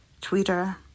Twitter